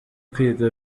kwiga